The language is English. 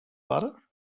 butter